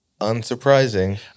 unsurprising